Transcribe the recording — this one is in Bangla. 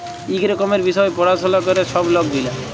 ইক রকমের বিষয় পাড়াশলা ক্যরে ছব লক গিলা